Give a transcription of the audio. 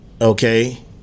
okay